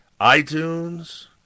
iTunes